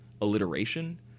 alliteration